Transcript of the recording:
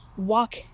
walk